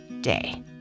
day